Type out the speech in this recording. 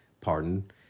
pardon